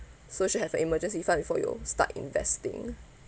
so should have emergency fund before you start investing